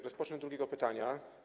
Rozpocznę od drugiego pytania.